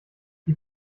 die